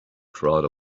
crowd